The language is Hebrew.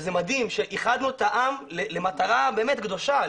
זה מדהים, איחדנו את העם למטרה באמת קדושה.